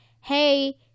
hey